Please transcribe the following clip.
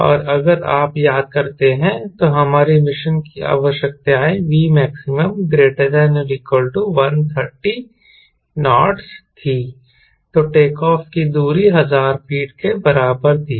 और अगर आप याद करते हैं तो हमारी मिशन की आवश्यकताएं Vmax ≥ 130 kts थीं तो टेक ऑफ़ की दूरी 1000 फीट के बराबर थी